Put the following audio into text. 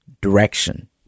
direction